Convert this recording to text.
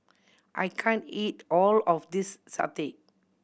I can't eat all of this satay